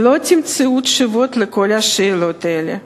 לא תמצאו תשובות על כל השאלות האלה.